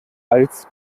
als